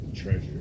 treasure